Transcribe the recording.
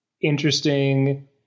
interesting